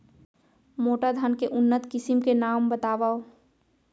मोटा धान के उन्नत किसिम के नाम बतावव?